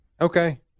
Okay